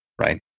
right